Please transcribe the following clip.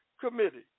committee